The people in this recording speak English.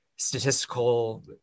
statistical